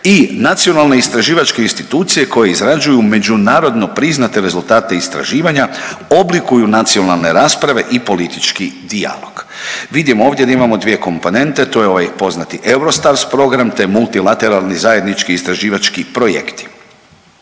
i Nacionalne istraživačke institucije koje izrađuju međunarodno priznate rezultate istraživanja, oblikuju nacionalne rasprave i politički dijalog. Vidimo ovdje da imamo dvije komponente, to je ovaj poznati Eurostars program, te multilateralni zajednički istraživački projekti.